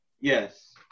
Yes